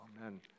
Amen